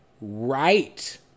right